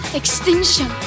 extinction